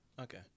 okay